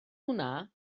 hwnna